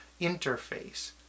interface